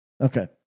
Okay